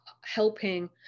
helping